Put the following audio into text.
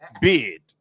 bid